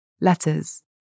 letters